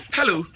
Hello